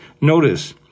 Notice